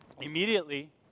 immediately